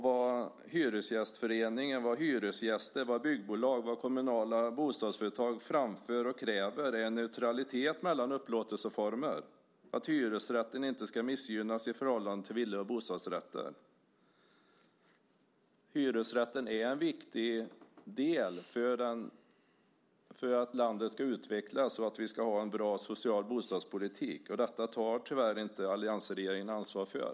Vad Hyresgästföreningen, hyresgäster, byggbolag och kommunala bostadsföretag framför och kräver är neutralitet mellan upplåtelseformer, att hyresrätten inte ska missgynnas i förhållande till villor och bostadsrätter. Hyresrätten är en viktig del för att landet ska utvecklas och för att vi ska ha en bra social bostadspolitik. Detta tar tyvärr inte alliansregeringen ansvar för.